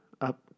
up